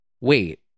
Wait